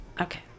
Okay